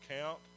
count